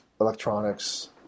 electronics